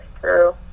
true